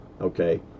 okay